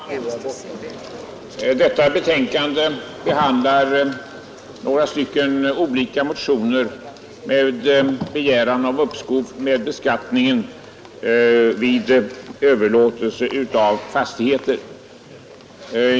Herr talman! Detta betänkande behandlar några stycken olika motioner med begäran om uppskov med beskattningen vid överlåtelse av fastigheter.